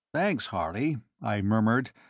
thanks, harley, i murmured,